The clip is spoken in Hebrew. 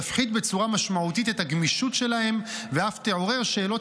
תפחית בצורה משמעותית את הגמישות שלהם ואף תעורר שאלות